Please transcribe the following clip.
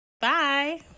Bye